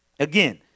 Again